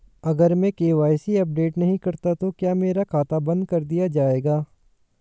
अगर मैं KYC update नहीं करता तो क्या मेरा खाता बंद कर दिया जाएगा?